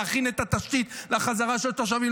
להכין את התשתית לחזרה של התושבים.